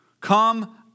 come